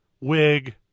wig